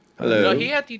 Hello